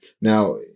Now